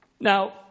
Now